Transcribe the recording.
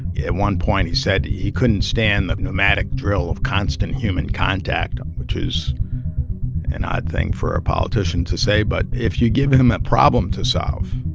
at one point, he said he couldn't stand the pneumatic drill of constant human contact, which is an odd thing for a politician to say. but if you give them a problem to solve,